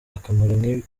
akamaro